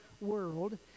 world